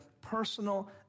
personal